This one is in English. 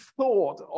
thought